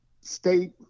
state